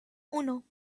uno